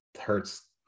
hurts